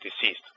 deceased